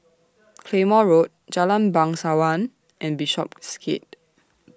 Claymore Road Jalan Bangsawan and Bishopsgate